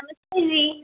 नमस्ते जी